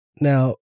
Now